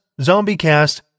ZombieCast